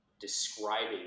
describing